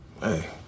Hey